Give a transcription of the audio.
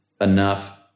enough